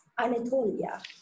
Anatolia